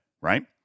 right